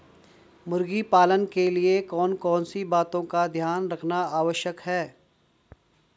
मुर्गी पालन के लिए कौन कौन सी बातों का ध्यान रखना आवश्यक है?